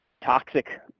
toxic